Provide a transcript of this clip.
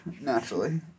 naturally